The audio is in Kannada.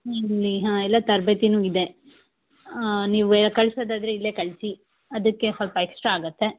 ಇಲ್ಲಿ ಹಾಂ ಎಲ್ಲ ತರಬೇತಿನೂ ಇದೆ ನೀವೆ ಕಳ್ಸದಾದರೆ ಇಲ್ಲೇ ಕಳಿಸಿ ಅದಕ್ಕೆ ಸ್ವಲ್ಪ ಎಕ್ಸ್ಟ್ರಾ ಆಗತ್ತೆ